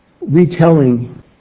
retelling